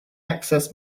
access